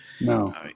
No